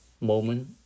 moment